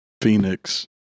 Phoenix